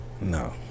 no